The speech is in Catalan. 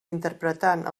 interpretant